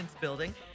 building